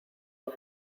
con